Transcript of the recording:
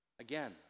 Again